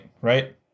right